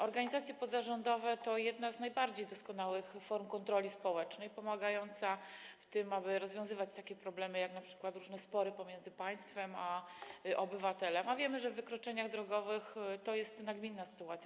Organizacje pozarządowe to jedna z najbardziej doskonałych form kontroli społecznej pomagająca w tym, aby rozwiązywać takie problemy, jak np. różne spory pomiędzy państwem a obywatelem, a wiemy, że w wykroczeniach drogowych to jest nagminna sytuacja.